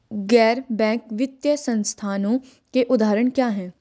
गैर बैंक वित्तीय संस्थानों के उदाहरण क्या हैं?